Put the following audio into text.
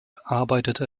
arbeitete